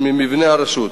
ממבנה הרשות.